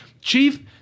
Chief